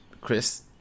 Chris